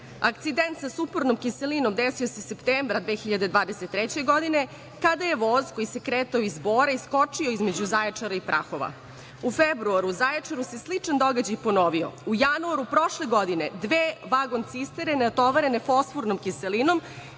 accidents sa sumpornom kiselinom desio se septembra 2023. godine kada je voz koji se kretao iz Bora iskočio između Zaječara i Prahova. U februaru Zaječaru se sličan događaj ponovio u januaru dve vagon cisterne natovarene fosfornom kiselinom